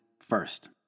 first